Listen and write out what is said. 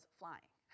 flying